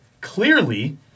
Clearly